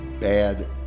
bad